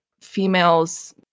females